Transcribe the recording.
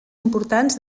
importants